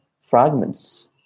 fragments